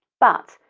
but,